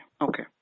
Okay